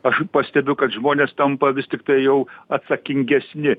aš pastebiu kad žmonės tampa vis tiktai jau atsakingesni